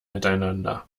miteinander